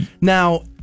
Now